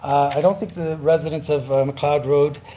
i don't think the residents of mcleod road,